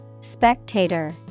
Spectator